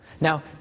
Now